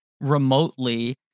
remotely